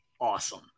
awesome